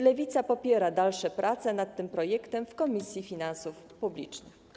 Lewica popiera dalsze prace nad tym projektem w Komisji Finansów Publicznych.